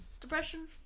depression